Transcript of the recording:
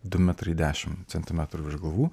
du metrai dešimt centimetrų virš galvų